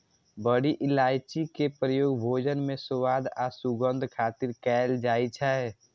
बड़ी इलायची के प्रयोग भोजन मे स्वाद आ सुगंध खातिर कैल जाइ छै